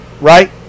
right